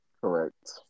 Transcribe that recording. correct